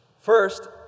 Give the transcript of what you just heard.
First